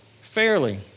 fairly